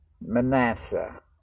Manasseh